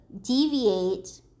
deviate